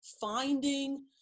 finding